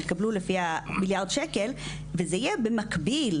יקבלו לפי המיליארד שקל וזה יהיה במקביל